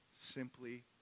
simply